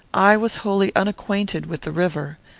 i was wholly unacquainted with the river.